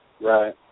Right